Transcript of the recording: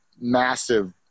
massive